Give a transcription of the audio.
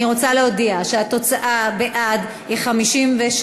בהמשך לכך, אני רוצה להודיע שהתוצאה בעד היא 56,